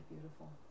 beautiful